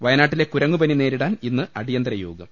വയനാട്ടിലെ കുരങ്ങുപനി നേരിടാൻ ഇന്ന് അടിയന്തരയോ ഗം